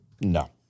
No